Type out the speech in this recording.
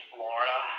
Florida